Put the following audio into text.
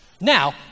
Now